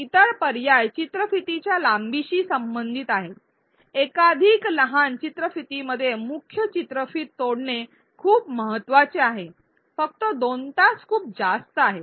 इतर पर्याय चित्रफितीच्या लांबीशी संबंधित आहे एकाधिक लहान चित्रफितीमध्ये मुख्य चित्रफित तोडणे खूप महत्वाचे आहे २ तास खूप जास्त आहेत